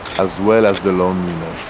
as well as the loneliness.